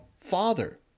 Father